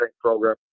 program